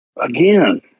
Again